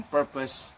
purpose